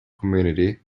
community